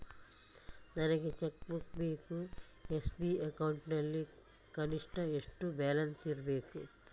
ನನಗೆ cheque book ಬೇಕು SB account ನಲ್ಲಿ ಕನಿಷ್ಠ ಎಷ್ಟು ಬ್ಯಾಲೆನ್ಸ್ ಇರಬೇಕು?